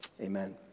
Amen